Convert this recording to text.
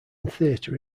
theater